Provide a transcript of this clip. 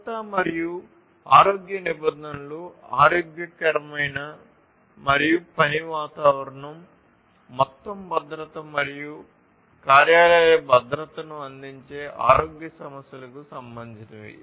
భద్రత మరియు ఆరోగ్య నిబంధనలు ఆరోగ్యకరమైన మరియు పని వాతావరణం మొత్తం భద్రత మరియు కార్యాలయ భద్రతను అందించే ఆరోగ్య సమస్యలకు సంబంధించినవి